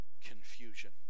Confusion